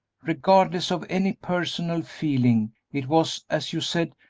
regardless of any personal feeling, it was, as you said,